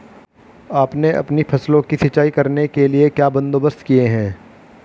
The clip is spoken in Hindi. आपने अपनी फसलों की सिंचाई करने के लिए क्या बंदोबस्त किए है